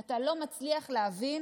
אתה לא מצליח להבין